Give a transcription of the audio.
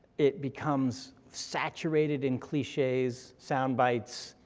it becomes saturated in cliches, soundbites,